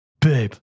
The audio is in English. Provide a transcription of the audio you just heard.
babe